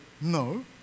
no